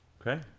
Okay